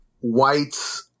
whites